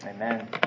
Amen